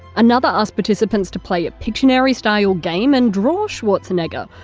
another asked participants to play a pictionary style game and draw schwarzenegger,